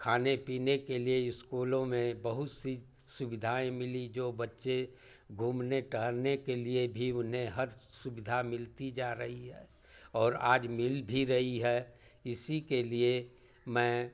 खाने पीने के लिए स्कूलों में बहुत सी सुविधाएँ मिली जो बच्चे घूमने टहरने के लिए भी उन्हें हर सुविधा मिलती जा रही है और आज मिल भी रही है इसी के लिए मैं